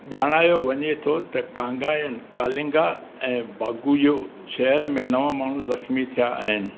ॼाणायो वञे थो त कांगायन कलिंगा ऐं बागुइओ शहर में नव माण्हू ज़ख़्मी थिया आहिनि